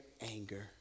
anger